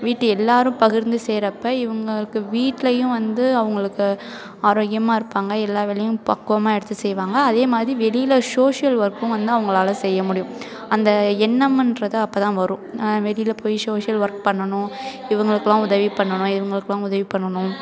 வீட்டை எல்லோரும் பகிர்ந்து செய்கிறப்ப இவங்களுக்கு வீட்லேயும் வந்து அவங்களுக்கு ஆரோக்கியமாக இருப்பாங்க எல்லா வேலையும் பக்குவமாக எடுத்து செய்வாங்க அதேமாதிரி வெளியில் சோஷியல் ஒர்க்கும் வந்து அவங்களால செய்ய முடியும் அந்த எண்ணம்ன்றது அப்போ தான் வரும் வெளியில் போய் சோஷியல் ஒர்க் பண்ணணும் இவங்களுக்கெல்லாம் உதவி பண்ணணும் இவங்களுக்கெல்லாம் உதவி பண்ணணும்